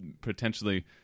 potentially